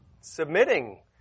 submitting